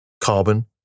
Carbon